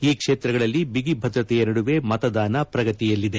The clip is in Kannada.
ಈ ಕ್ಷೇತ್ರಗಳಲ್ಲಿ ಭಿಗಿಭದ್ರತೆಯ ನಡುವೆ ಮತದಾನ ಪ್ರಗತಿಯಲ್ಲಿದೆ